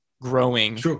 growing